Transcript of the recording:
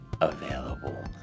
available